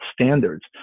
standards